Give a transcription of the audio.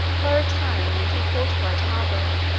by retiring into a fortified harbor,